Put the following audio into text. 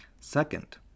Second